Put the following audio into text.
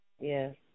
Yes